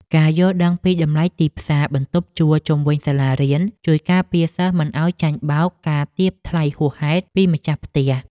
ការយល់ដឹងពីតម្លៃទីផ្សារបន្ទប់ជួលជុំវិញសាលារៀនជួយការពារសិស្សមិនឱ្យចាញ់បោកការទារថ្លៃហួសហេតុពីម្ចាស់ផ្ទះ។